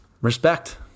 respect